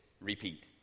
repeat